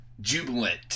jubilant